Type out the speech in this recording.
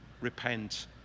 repent